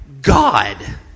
God